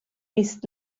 ist